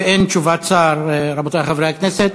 היות שאין תשובת שר, רבותי חברי הכנסת,